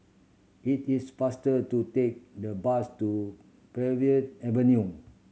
it is faster to take the bus to Avenue